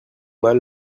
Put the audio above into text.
mal